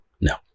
No